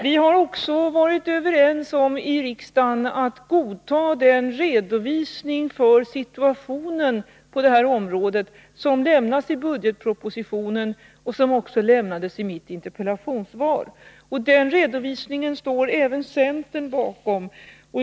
Vi har också varit överens om i riksdagen att godta den redovisning för situationen på det här området som lämnas i budgetpropositionen och som också lämnades i mitt interpellationssvar. Den redovisningen står även centern bakom.